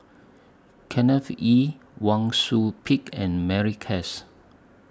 Kenneth Kee Wang Sui Pick and Mary Klass